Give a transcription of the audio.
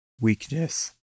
Weakness